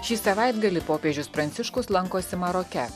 šį savaitgalį popiežius pranciškus lankosi maroke